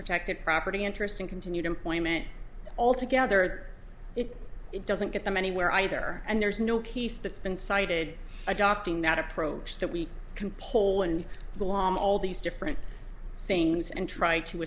protected property interest in continued employment altogether if it doesn't get them anywhere either and there's no case that's been cited adopting that approach that we can pull and all these different things and try to